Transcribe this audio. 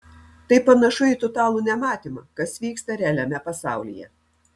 tai panašu į totalų nematymą kas vyksta realiame pasaulyje